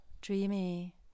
dreamy